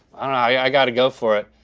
i gotta go for it.